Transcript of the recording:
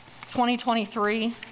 2023